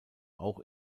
auch